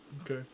Okay